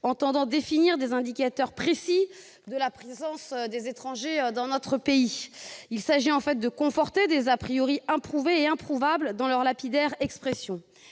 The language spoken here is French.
tendant à définir des indicateurs précis de la présence des étrangers dans notre pays. Il s'agit en fait de conforter des improuvés et improuvables dans leur lapidaire expression,